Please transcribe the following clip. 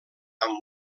amb